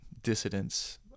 dissidents